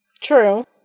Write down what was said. True